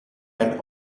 and